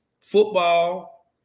Football